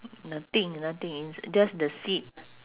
nothing nothing it's just the seat